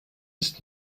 ist